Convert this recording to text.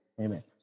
Amen